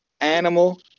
animal